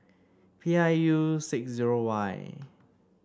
P I U six zero Y